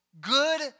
good